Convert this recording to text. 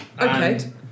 okay